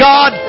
God